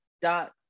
dot